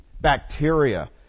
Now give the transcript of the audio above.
bacteria